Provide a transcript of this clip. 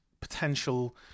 potential